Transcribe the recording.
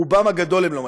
ברובם הגדול הם לא מצביעים.